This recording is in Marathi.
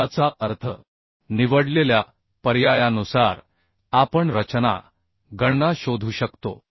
याचा अर्थ निवडलेल्या पर्यायानुसार आपण रचना गणना शोधू शकतो